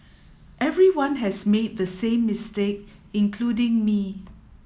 everyone has made the same mistake including me